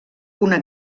una